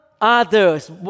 others